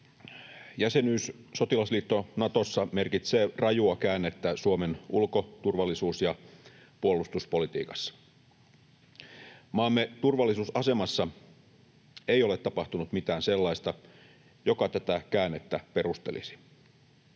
Jäsenyys sotilasliitto Natossa merkitsee rajua käännettä Suomen ulko-, turvallisuus- ja puolustuspolitiikassa. Maamme turvallisuusasemassa ei ole tapahtunut mitään sellaista, joka tätä käännettä perustelisi.